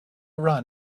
run